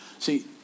See